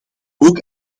ook